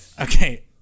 Okay